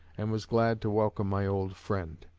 and was glad to welcome my old friend.